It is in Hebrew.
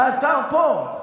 השר פה.